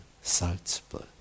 Salzburg